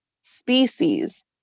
species